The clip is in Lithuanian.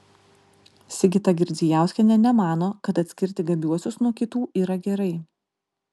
sigita girdzijauskienė nemano kad atskirti gabiuosius nuo kitų yra gerai